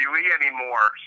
anymore